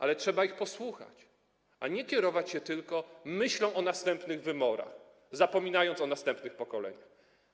Ale trzeba ich posłuchać, a nie kierować się tylko myślą o następnych wyborach, zapominając o następnych pokoleniach.